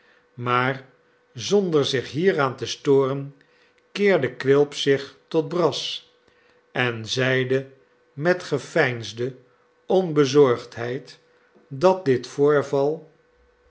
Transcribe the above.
maar zonder zich hieraan te storen keerde quilp zich tot brass en zeide met geveinsde onbezorgdheid dat dit voorval